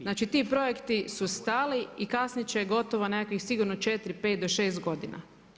Znači ti projekti su stali i kasniti će gotovo nekakvih sigurno 4, 5, do 6 godina.